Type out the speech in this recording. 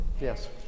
Yes